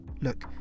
Look